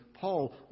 Paul